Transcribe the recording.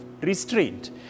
restraint